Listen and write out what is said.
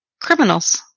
criminals